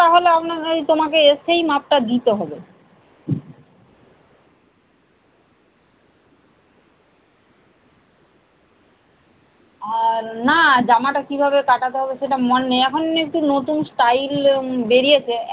হুম হুম আর বলছি আমার একটা জামা আছে মানে সেটা নতুন জামাই আর কি সেটা আমার বডি ফিটিংস হচ্ছে না সেটাকে আমি একটু সাইডটা মেরে বডি ফিটিংস করতে চাই এবং নীচেরটাও একটু কেটে বডি ফিটিংস করতে চাই সেটা কি আপনি এই ক দিনের মধ্যে করে দিতে পারবেন আমাকে